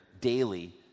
daily